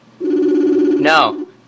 No